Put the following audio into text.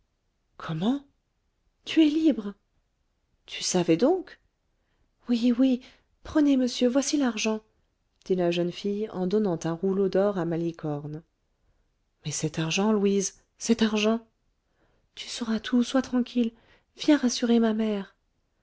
comment tu es libre tu savais donc oui oui prenez monsieur voici l'argent dit la jeune fille en donnant un rouleau d'or à malicorne mais cet argent louise cet argent tu sauras tout sois tranquille viens rassurer ma mère